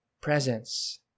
presence